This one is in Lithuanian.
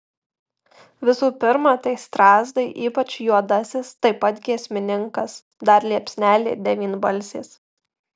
visų pirma tai strazdai ypač juodasis taip pat giesmininkas dar liepsnelė devynbalsės